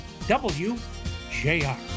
WJR